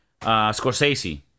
Scorsese